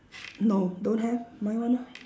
no don't have my one ah